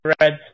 Reds